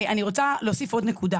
אני רוצה להוסיף נקודה,